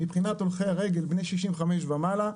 מבחינת הולכי הרגל בני 65 ומעלה,